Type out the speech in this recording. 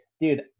dude